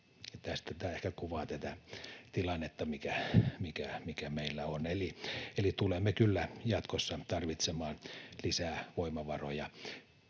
Tämä ehkä kuvaa tätä tilannetta, mikä meillä on. Eli tulemme kyllä jatkossa tarvitsemaan lisää voimavaroja,